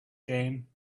game